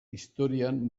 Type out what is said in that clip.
historian